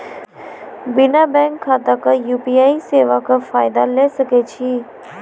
बिना बैंक खाताक यु.पी.आई सेवाक फायदा ले सकै छी?